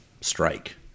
strike